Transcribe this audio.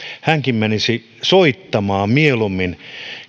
hänkin menisi soittamaan mieluummin